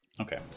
Okay